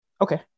Okay